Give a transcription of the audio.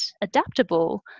adaptable